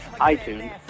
iTunes